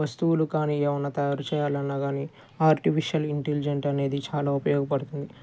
వస్తువులు కానీ ఏవన్నా తయారు చేయాలన్నా కానీ ఆర్టిఫిషియల్ ఇంటెలిజెంట్ అనేది చాలా ఉపయోగపడుతుంది